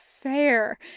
fair